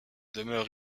demeure